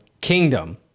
Kingdom